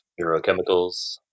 neurochemicals